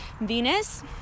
Venus